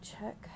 check